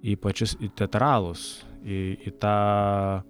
į pačius į teatralus į į tą